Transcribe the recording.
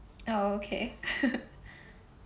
oh okay